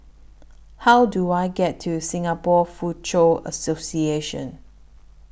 How Do I get to Singapore Foochow Association